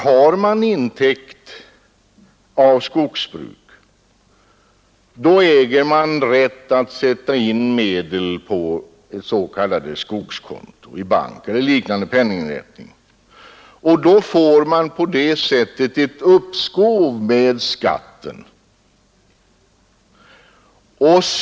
Har man intäkt av skogsbruk, äger man rätt att sätta in medel på s.k. skogskonto i bank eller liknande penninginrättning och får på det sättet ett uppskov med skatten.